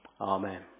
Amen